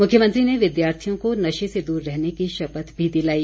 मुख्यमंत्री ने विद्यार्थियों को नशे से दूर रहने की शपथ भी दिलाई